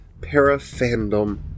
para-fandom